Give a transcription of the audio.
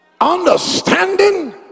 understanding